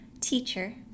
teacher